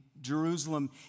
Jerusalem